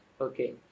Okay